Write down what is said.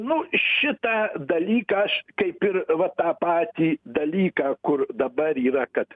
nu šitą dalyką aš kaip ir va tą patį dalyką kur dabar yra kad